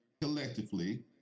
collectively